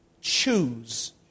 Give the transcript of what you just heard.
Choose